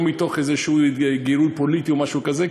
מתוך איזו התגרות פוליטית או משהו כזה,